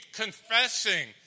confessing